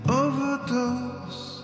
overdose